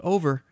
Over